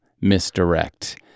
misdirect